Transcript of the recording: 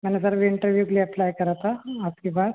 मैंने survey interview के लिए अप्लाई करा था आपके पास